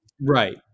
right